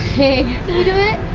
okay do we do it?